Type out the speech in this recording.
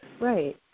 Right